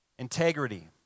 Integrity